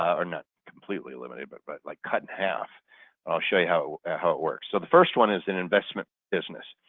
um not completely eliminated but but like cut in half. i'll show you how ah how it works. so the first one is an investment business.